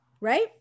right